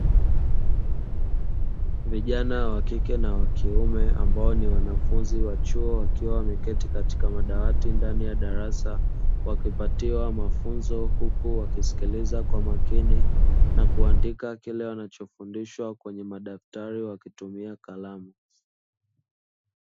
Vijana wa kike na wa kiume ambao ni wanafunzi wa chuo, wakiwa wameketi katika madawati ndani ya darasa wakipatiwa mafunzo huku wakisikiliza kwa makini na kuandika kile wanachofundishwa kwenye madaftari wakitumia kalamu.